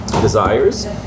desires